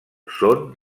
són